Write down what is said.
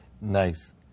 Nice